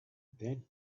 that